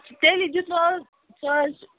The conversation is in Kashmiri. تیٚلہِ دِژیوو سُہ حظ چھُ